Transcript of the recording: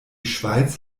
schweiz